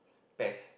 pest